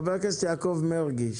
חבר הכנסת יעקב מרגי,